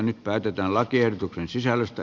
nyt päätetään lakiehdotuksen sisällöstä